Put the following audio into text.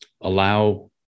allow